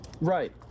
right